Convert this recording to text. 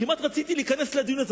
כמעט רציתי להיכנס לדיון הזה,